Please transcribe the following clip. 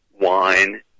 wine